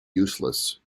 useless